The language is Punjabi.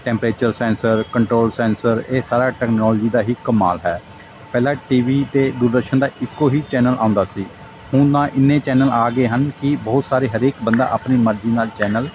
ਟੈਂਪਰੇਚਰ ਸੈਂਸਰ ਕੰਟਰੋਲ ਸੈਂਸਰ ਇਹ ਸਾਰਾ ਟੈਕਨੋਲਜੀ ਦਾ ਹੀ ਕਮਾਲ ਹੈ ਪਹਿਲਾਂ ਟੀ ਵੀ 'ਤੇ ਦੂਰਦਰਸ਼ਨ ਦਾ ਇੱਕੋ ਹੀ ਚੈਨਲ ਆਉਂਦਾ ਸੀ ਹੁਣ ਨਾ ਇੰਨੇ ਚੈਨਲ ਆ ਗਏ ਹਨ ਕਿ ਬਹੁਤ ਸਾਰੇ ਹਰੇਕ ਬੰਦਾ ਆਪਣੀ ਮਰਜੀ ਨਾਲ ਚੈਨਲ